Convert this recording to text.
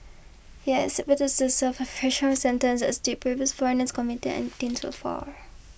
he is expected so serve a fraction sentence as did previous foreigners convicted detained far